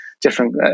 different